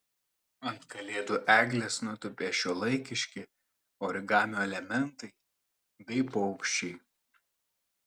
ant kalėdų eglės nutūpė šiuolaikiški origamio elementai bei paukščiai